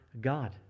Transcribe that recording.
God